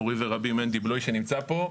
מורי ורבי מנדי בלוי שנמצא פה,